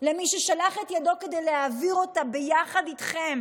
למי ששלח את ידו כדי להעביר אותה ביחד איתכם.